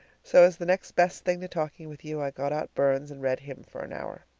so, as the next best thing to talking with you, i got out burns and read him for an hour.